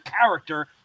character